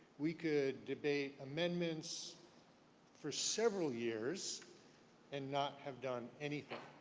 we could debate amendments for several years and not have done anything.